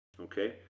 Okay